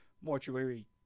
mortuary